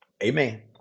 Amen